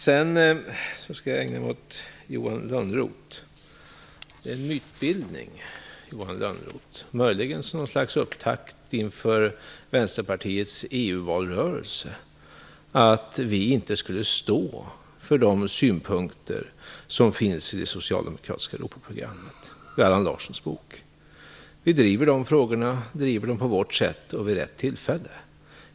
Sedan skall jag ägna mig åt Johan Lönnroth. Det är en myt, Johan Lönnroth, som möjligen kan ses som någon slags upptakt inför Vänsterpartiets EU valrörelse, att vi inte skulle stå för de synpunkter som finns i det socialdemokratiska Europaprogrammet, i Allan Larssons bok. Vi driver de frågorna, på vårt sätt och vid rätt tillfälle.